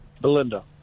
Belinda